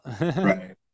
right